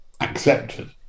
accepted